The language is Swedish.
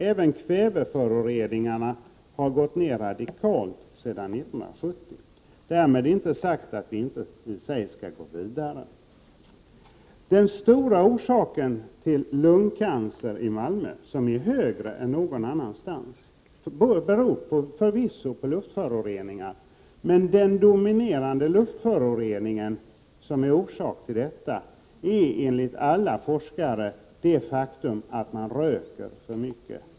Även kväveföroreningarna har minskat radikalt sedan 1970. Därmed inte sagt att vi inte skall gå vidare. Förvisso är luftföroreningarna en orsak till att fler människor i Malmö än någon annanstans får lungcancer, men den dominerande orsaken är enligt alla forskare att man röker för mycket.